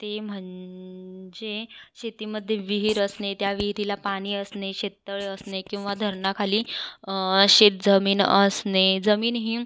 ते म्हण जे शेतीमध्ये विहीर असणे त्या विहिरीला पाणी असणे शेततळं असणे किंवा धरणाखाली शेतजमीन असणे जमीन ही